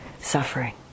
suffering